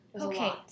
Okay